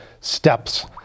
steps